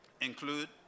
include